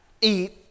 eat